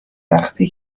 وقتی